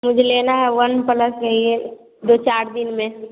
मुझे लेना है वन प्लस चाहिए दो चार दिन में